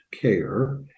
care